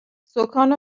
سـکان